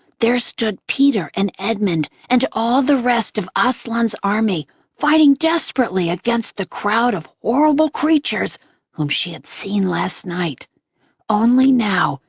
there stood peter and edmund and all the rest of aslan's army fighting desperately against the crowd of horrible creatures whom she had seen last night only now,